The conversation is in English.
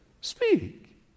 Speak